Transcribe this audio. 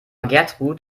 gertrud